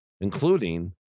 including